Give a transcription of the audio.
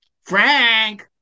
Frank